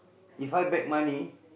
If I beg money